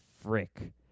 Frick